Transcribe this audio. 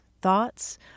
thoughts